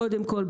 קודם כל,